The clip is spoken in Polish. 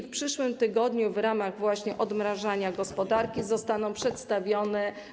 W przyszłym tygodniu w ramach odmrażania gospodarki zostaną przedstawione.